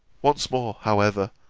once more, however,